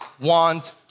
want